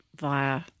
via